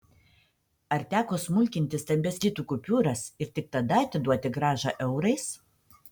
ar teko smulkinti stambias litų kupiūras ir tik tada atiduoti grąžą eurais